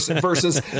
versus